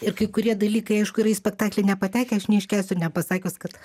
ir kai kurie dalykai aišku yra į spektaklį nepatekę aš neiškęsiu nepasakius kad